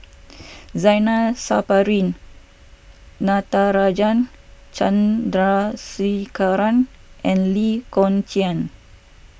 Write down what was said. Zainal Sapari Natarajan Chandrasekaran and Lee Kong Chian